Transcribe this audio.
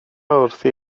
wrthi